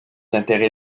intérêts